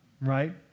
right